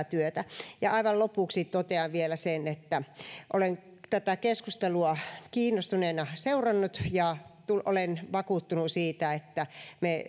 työtä aivan lopuksi totean vielä sen että olen tätä keskustelua kiinnostuneena seurannut ja olen vakuuttunut siitä että me